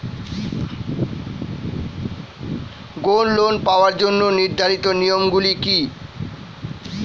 Gold loan পাওয়ার জন্য নির্ধারিত নিয়ম গুলি কি?